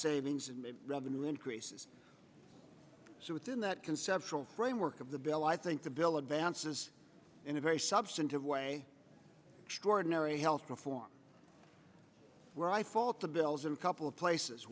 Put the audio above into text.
savings and revenue increases so within that conceptual framework of the bill i think the bill advances in a very substantive way extraordinary health reform where i fault the bills and a couple of places